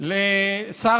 לשר